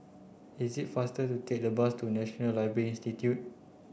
is it faster to take the bus to National Library Institute